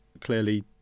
clearly